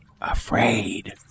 afraid